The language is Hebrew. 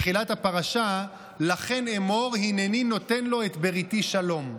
בתחילת הפרשה: "לכן אמר הנני נֹתן לו את בריתי שלום".